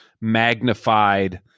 magnified